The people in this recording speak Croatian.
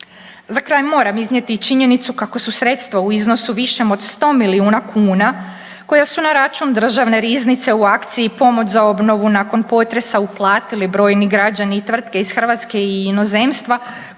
Za kraj moram iznijeti i činjenicu kako su sredstva u iznosu višem od 100 milijuna kuna koja su na račun Državne riznice u akciji pomoć za obnovu nakon potresa uplatili brojni građani i tvrtke iz Hrvatske i inozemstva kao i međunarodne